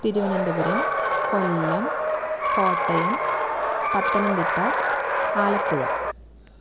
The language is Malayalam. തിരുവനന്തപുരം കൊല്ലം കോട്ടയം പത്തനംതിട്ട ആലപ്പുഴ